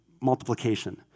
multiplication